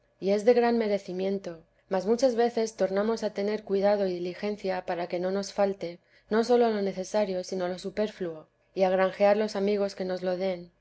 y es de gran merecimiento mas muchas veces tornamos a tener cuidado y diligencia para que no nos falte no sólo lo necesario sino lo superfluo y a granjear los amigos que nos lo den